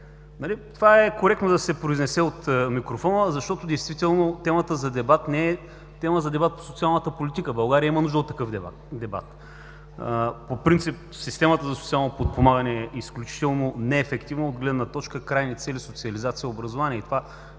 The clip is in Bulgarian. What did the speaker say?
Това е коректно да се произнесе от микрофона, защото действително темата за дебат не е тема за дебат по социалната политика. България има нужда от такъв дебат. По принцип, системата за социално подпомагане е изключително неефективна от гледна точка крайни цели, социализация, образование.